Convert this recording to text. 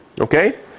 okay